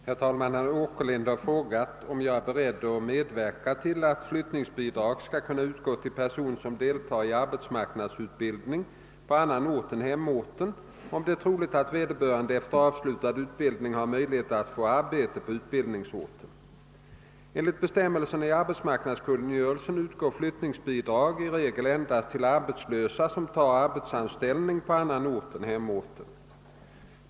Herr talman! Herr Åkerlind har frågat mig, om jag är beredd att medverka till att flyttningsbidrag skall kunna utgå till person som deltar i arbetsmarknadsutbildning på annan ort än hemorten, om det är troligt att vederbörande efter avslutad utbildning har möjlighet att få arbete på utbildningsorten. Enligt bestämmelserna i arbetsmarknadskungörelsen utgår flyttningsbidrag i regel endast till arbetslösa som tar arbetsanställning i annan ort än hemorten.